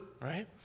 right